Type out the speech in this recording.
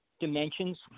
dimensions